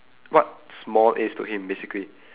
what small is to him basically